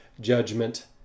judgment